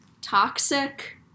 toxic